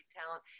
talent